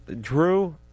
Drew